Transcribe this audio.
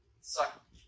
Suck